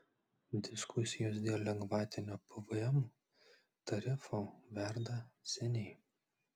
diskusijos dėl lengvatinio pvm tarifo verda seniai